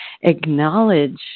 acknowledge